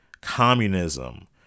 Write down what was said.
communism